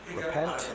repent